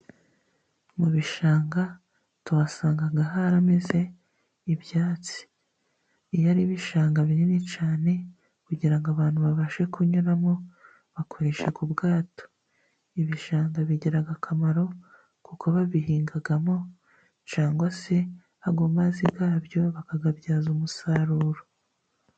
Mu bishanga tuhasanga harameze ibyatsi. Iyo ari ibishanga binini cyane, kugira ngo abantu babashe kunyuramo bakoresha ubwato. Ibishanga bigira akamaro kuko babihingamo ,cyangwa se ayo mazi yabyo bakayabyaza umusaruro.